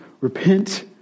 repent